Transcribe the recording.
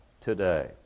today